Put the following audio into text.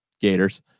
Gators